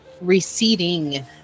receding